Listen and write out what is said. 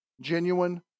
Genuine